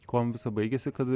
kuom visa baigėsi kad